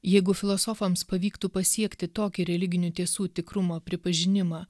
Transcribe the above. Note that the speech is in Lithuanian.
jeigu filosofams pavyktų pasiekti tokį religinių tiesų tikrumo pripažinimą